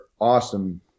awesome